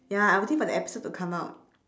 ya I waiting for that episode to come out